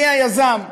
מהיזם.